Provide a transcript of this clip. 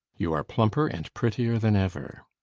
you are plumper and prettier than ever.